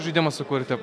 žaidimą sukūrėte